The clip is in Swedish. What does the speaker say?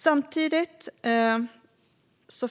Samtidigt som